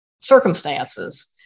circumstances